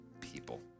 people